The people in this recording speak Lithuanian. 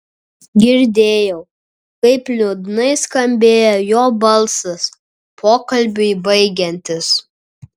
girdėjau kaip liūdnai skambėjo jo balsas pokalbiui baigiantis